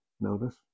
Notice